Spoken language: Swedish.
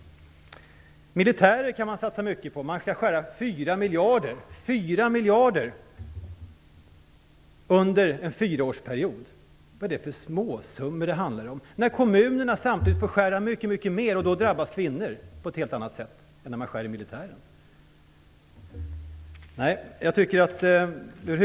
Militärer kan man satsa mycket på. Man skall skära ned med 4 miljarder under en fyraårsperiod. Vad är det för småsummor? Kommunerna får skära ned mycket mer, och då drabbas kvinnor på ett helt annat sätt än när man gör nedskärningar inom det militära.